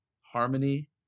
harmony